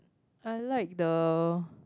I like the